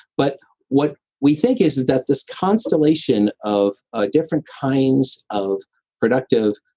but what we think is, is that this constellation of ah different kinds of productive